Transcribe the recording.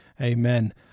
amen